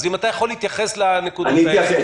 אז אם אתה יכול להתייחס לנקודה הזאת,